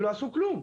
הם לא עשו כלום,